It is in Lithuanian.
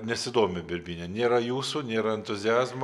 nesidomi birbyne nėra jūsų nėra entuziazmo